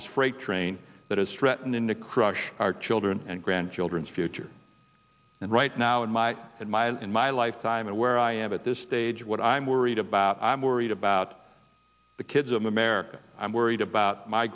this freight train that is stretton in to crush our children and grandchildren's future and right now in my head mile in my lifetime and where i am at this stage what i'm worried about i'm worried about the kids of america i'm worried about my